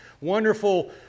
wonderful